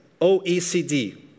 OECD